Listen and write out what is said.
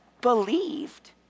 believed